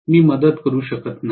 मी मदत करू शकत नाही